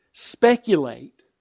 speculate